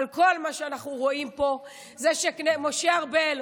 אבל כל מה שאנחנו רואים פה ------ משה ארבל.